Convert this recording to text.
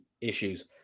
issues